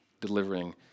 delivering